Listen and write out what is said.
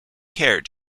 care